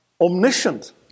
omniscient